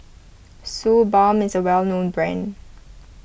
Suu Balm is a well known brand